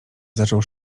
zaczął